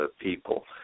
people